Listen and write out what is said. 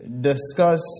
discuss